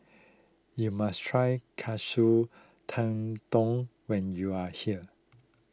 you must try Katsu Tendon when you are here